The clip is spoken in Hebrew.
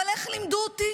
אבל איך לימדו אותי?